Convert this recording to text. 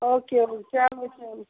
okay okay چلو چلو